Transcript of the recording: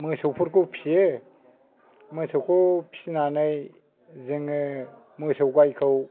मोसौफोरखौ फियो मोसौखौ फिनानै जोङो मोसौ गाइखौ